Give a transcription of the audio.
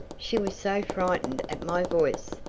she was so frightened at my voice!